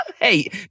Hey